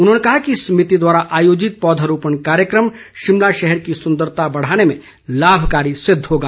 उन्होंने कहा कि सभिति द्वारा आयोजित पौधरोपण कार्येक्रम शिमला शहर की सुंदरता बढ़ाने में लाभकारी सिद्ध होगा